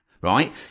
right